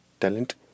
talent